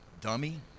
dummy